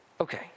okay